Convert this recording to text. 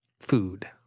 food